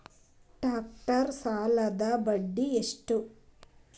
Tractor ಸಾಲದ್ದ ಬಡ್ಡಿ ಎಷ್ಟ?